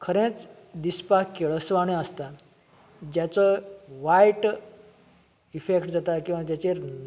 खरेंच दिसपाक केळसवाण्यो आसतात जाचो वायट इफेक्ट जाता किंवा जाचेर